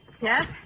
Yes